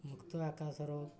ମୁକ୍ତ ଆକାଶର